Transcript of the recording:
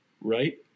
right